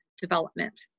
development